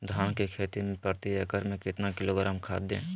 धान की खेती में प्रति एकड़ में कितना किलोग्राम खाद दे?